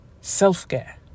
self-care